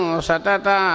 Satata